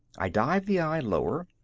i dived the eye lower.